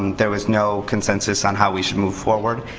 there was no consensus on how we should move forward.